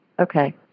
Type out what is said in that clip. Okay